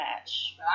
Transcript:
match